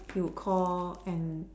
he would call and